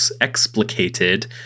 explicated